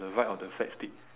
the right of the flag stick